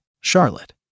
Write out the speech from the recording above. Charlotte